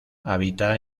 habita